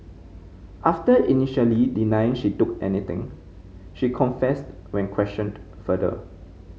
after initially denying she took anything she confessed when questioned further